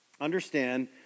Understand